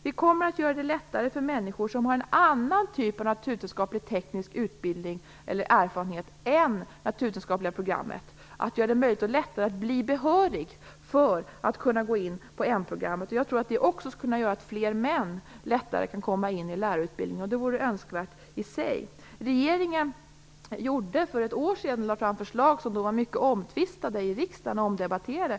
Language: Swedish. Vi kommer att göra det lättare för människor som har en annan typ av naturvetenskaplig-teknisk utbildning än det naturvetenskapliga programmet att bli behöriga för att kunna söka in på N-programmet. Också detta kommer att kunna göra att fler män lättare kan komma in på en lärarutbildning, vilket i sig vore önskvärt. Regeringen lade för ett år sedan fram förslag för riksdagen som var mycket omtvistade och omdebatterade.